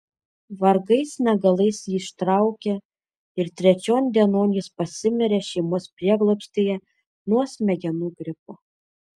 vargais negalais jį ištraukė ir trečion dienon jis pasimirė šeimos prieglobstyje nuo smegenų gripo